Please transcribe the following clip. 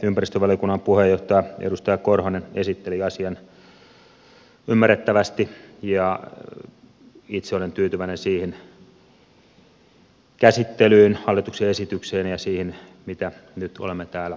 ympäristövaliokunnan puheenjohtaja edustaja korhonen esitteli asian ymmärrettävästi ja itse olen tyytyväinen käsittelyyn hallituksen esitykseen ja siihen mitä nyt olemme täällä puolustamassa